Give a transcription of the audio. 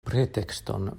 pretekston